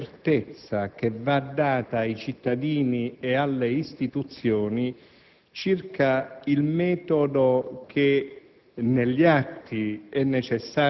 riguardano anche la certezza che va data ai cittadini e alle istituzioni circa il metodo che